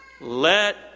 let